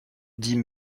dit